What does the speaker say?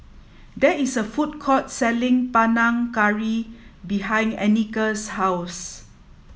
there is a food court selling Panang Curry behind Anika's house